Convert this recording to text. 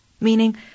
Meaning